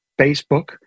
facebook